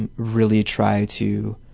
and really try to